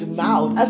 mouth